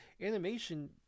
animation